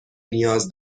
نیاز